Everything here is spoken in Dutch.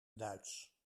duits